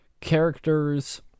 Characters